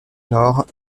nord